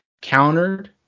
countered